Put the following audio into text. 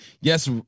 yes